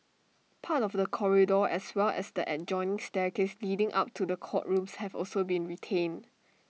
part of the corridor as well as the adjoining staircase leading up to the courtrooms have also been retained